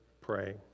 praying